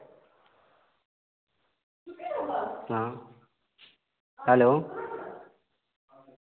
हां हैल्लो